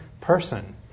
person